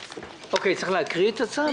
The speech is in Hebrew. צריך להקריא את הצו?